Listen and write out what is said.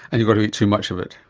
and you've got to eat too much of it?